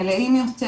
מלאים יותר